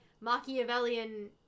Machiavellian